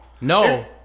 No